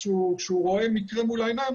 למי לפנות כשהוא רואה מקרה מול העיניים.